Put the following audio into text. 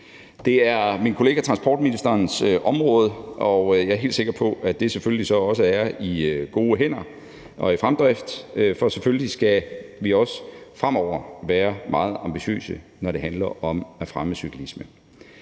Det er min kollega transportministerens område, og jeg er helt sikker på, at det selvfølgelig så også er i gode hænder og i fremdrift, for selvfølgelig skal vi også fremover være meget ambitiøse, når det handler om at fremme cyklismen.